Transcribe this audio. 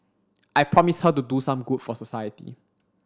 I promised her to do some good for society